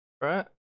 right